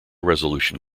resolution